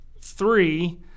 Three